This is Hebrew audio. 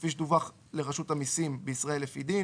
כפי שדווח לרשות המסים בישראל לפי דין,